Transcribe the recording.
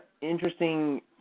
interesting